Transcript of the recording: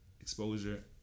exposure